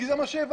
כי זה מה שהבנת.